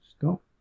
Stop